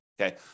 Okay